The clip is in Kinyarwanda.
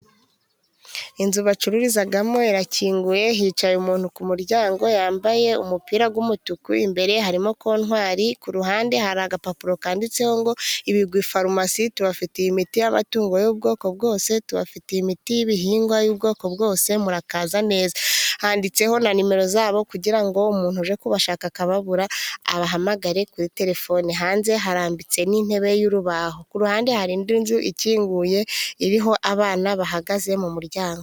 Inzu bacururizamo irakinguye, hicaye umuntu ku muryango yambaye umupira w'umutuku ,imbere harimo contwari ku ruhande hari agapapuro kanditseho ngo ibigwi farumasi tubafitiye imiti y'amatungo y'ubwoko bwose, tubafitiye imiti y'ibihingwa y'ubwoko bwose ,murakaza neza !Handitseho na numero zabo kugira ngo umuntu uje kubashaka akababura abahamagare kuri telefone hanze harambitse n'intebe y'urubaho ku ruhande hari indi nzu ikinguye iriho abana bahagaze mu muryango.